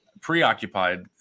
preoccupied